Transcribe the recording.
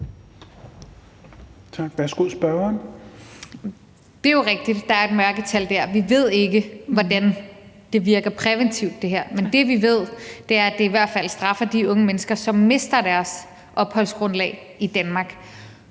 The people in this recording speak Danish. Det er jo rigtigt, at der er et mørketal der. Vi ved ikke, hvordan det her virker præventivt, men det, vi ved, er, at det i hvert fald straffer de unge mennesker, som mister deres opholdsgrundlag i Danmark.